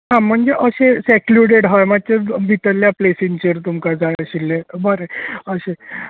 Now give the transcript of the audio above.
हां म्हणजे अशें सॅक्लूडड हय मात्शे भितरल्या प्लेसिंचेर तुमका जाय आशिल्लें बरें अशें